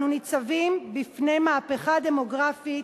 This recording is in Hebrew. אנו ניצבים בפני מהפכה דמוגרפית.